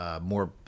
More